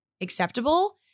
acceptable